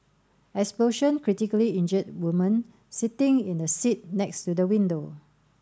explosion critically injured woman sitting in the seat next to the window